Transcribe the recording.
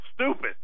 stupid